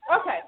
Okay